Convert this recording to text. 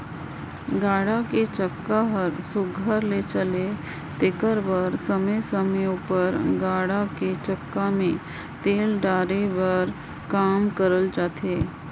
गाड़ा कर चक्का हर सुग्घर ले चले तेकर बर समे समे उपर गाड़ा कर चक्का मे तेल डाले कर काम करल जाथे